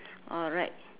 correct